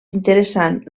interessant